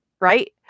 Right